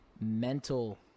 mental